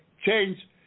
change